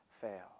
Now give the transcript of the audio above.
fail